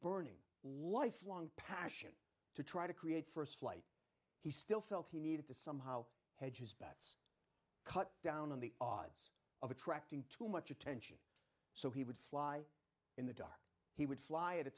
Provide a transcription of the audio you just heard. burning lifelong passion to try to create st flight he still felt he needed to somehow hedges bad cut down on the odds of attracting too much attention so he would fly in the dark he would fly at a